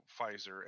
Pfizer